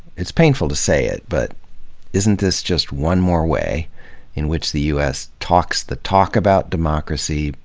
it's painful to say it, but isn't this just one more way in which the u s. talks the talk about democracy,